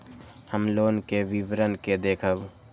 हम लोन के विवरण के देखब?